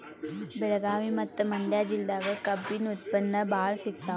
ಬೆಳಗಾವಿ ಮತ್ತ ಮಂಡ್ಯಾ ಜಿಲ್ಲೆದಾಗ ಕಬ್ಬಿನ ಉತ್ಪನ್ನ ಬಾಳ ಸಿಗತಾವ